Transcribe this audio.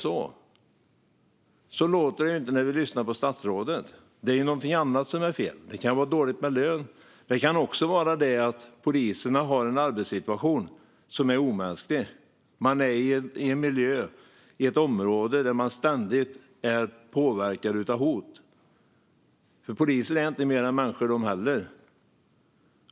Så låter det inte när man lyssnar på statsrådet. Varför är det så? Det är något annat som är fel. Det kan vara dålig lön. Det kan också vara det att poliserna har en arbetssituation som är omänsklig. Man är i en miljö, i ett område, där man ständigt är påverkad av hot. Poliser är inte mer än människor, de heller.